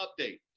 update